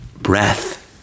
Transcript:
breath